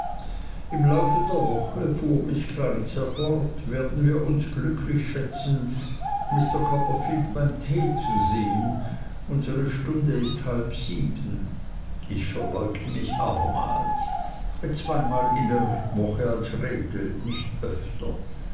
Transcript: im lauf der woche fuhr miß clarissa fort werden wir uns glücklich schätzen mr copperfield beim tee zu sehen unsere stunde ist halb sieben ich verbeugte mich abermals zweimal in der woche als regel nicht öfter